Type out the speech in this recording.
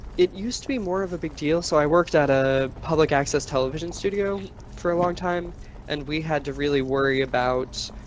it used to be more of a big deal. so i worked at a public access television studio for a long time and we had to really worry about